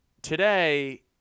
Today